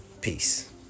Peace